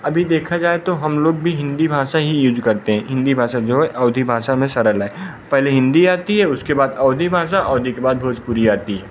अभी देखा जाए तो हम लोग भी हिंदी भाषा ही यूज करते हैं हिंदी भाषा जो है अवधी भाषा में सरल है पहले हिंदी आती है उसके बाद अवधी भाषा अवधी के बाद भोजपुरी आती है